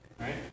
right